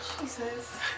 Jesus